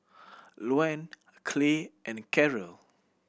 Luann Clay and Karol